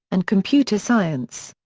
and computer science.